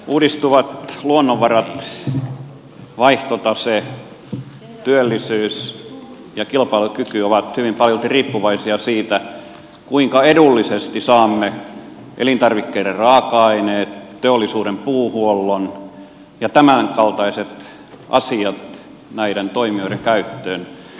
uudistuvat luonnonvarat vaihtotase työllisyys ja kilpailukyky ovat hyvin paljolti riippuvaisia siitä kuinka edullisesti saamme elintarvikkeiden raaka aineet teollisuuden puuhuollon ja tämänkaltaiset asiat näiden toimijoiden käyttöön